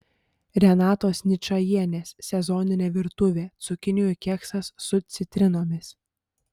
renatos ničajienės sezoninė virtuvė cukinijų keksas su citrinomis